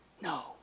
No